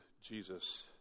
Jesus